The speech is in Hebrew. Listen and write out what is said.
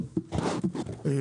אני